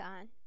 on